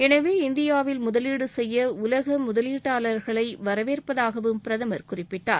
எனவே இந்தியாவில் முதலீடு செய்ய உலக முதலீட்டாளர்களை திறந்த கைகளுடன் வரவேற்பதாகவும் பிரதமர் குறிப்பிட்டார்